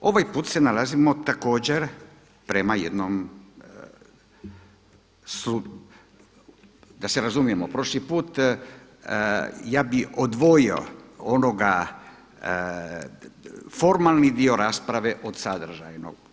Ovaj put se nalazimo također prema jednom, da se razumijemo prošli put, ja bih odvojio onoga, formalni dio rasprave od sadržajnog.